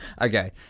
okay